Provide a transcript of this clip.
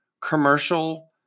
commercial